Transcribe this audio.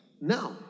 Now